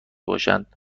باشد